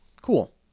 cool